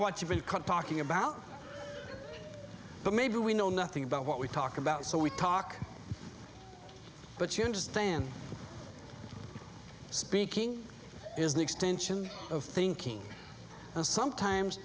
what you've been talking about but maybe we know nothing about what we talk about so we talk but you understand speaking is an extension of thinking and sometimes